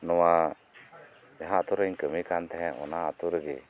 ᱱᱚᱶᱟ ᱡᱟᱦᱟᱸ ᱟᱛᱳ ᱨᱤᱧ ᱠᱟᱹᱢᱤ ᱠᱟᱱ ᱛᱟᱦᱮᱸᱱ ᱚᱱᱟ ᱟᱛᱳ ᱨᱮᱜᱮ